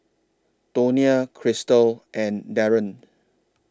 Tonia Krystal and Darren